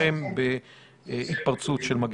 אני חושבת שצריך לומר מה זה אחת לשבוע.